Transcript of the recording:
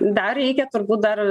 dar reikia turbūt dar